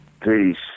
Peace